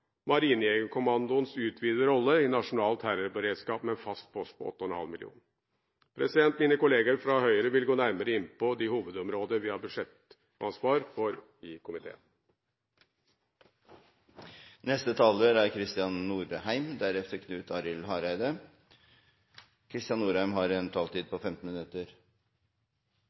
Marinejegerkommandoens utvidete rolle i nasjonal terrorberedskap med en fast post på 8,5 mill. kr. Mine kolleger fra Høyre vil gå nærmere inn på de hovedområder vi har budsjettansvar for i komiteen. Utenrikspolitikken er et godt eksempel på noe som er større enn oss selv – det er noe som er større enn hver og en